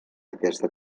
aquesta